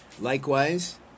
Likewise